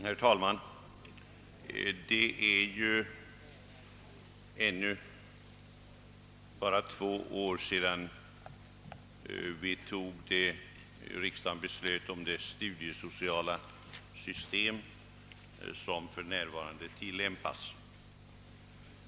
Herr talman! Det är ännu bara tre år sedan riksdagen fattade beslut om det studiesociala system som för närvarande tillämpas.